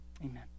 amen